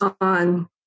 on